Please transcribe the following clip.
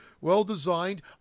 well-designed